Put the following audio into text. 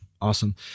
Awesome